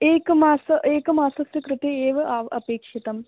एकमास एकमासस्य कृते एव अव् अपेक्षितं